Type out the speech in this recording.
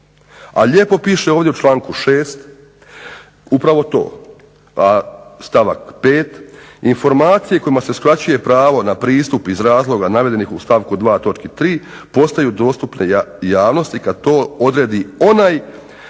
A lijepo piše ovdje u članku 6. upravo to, stavak 5.: informacije kojima se uskraćuje pravo na pristup iz razloga navedenih u stavku 2. točku 3. postaju dostupne javnosti kad to odredi onaj